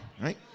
Right